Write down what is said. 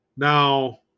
Now